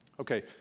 Okay